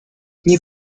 nie